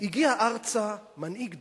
הגיע ארצה מנהיג דרום-אמריקה,